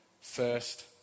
first